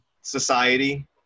society